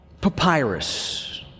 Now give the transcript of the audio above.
papyrus